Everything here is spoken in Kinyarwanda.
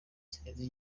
zirenze